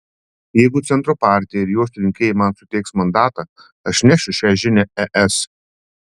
jeigu centro partija ir jos rinkėjai man suteiks mandatą aš nešiu šią žinią es